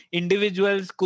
individuals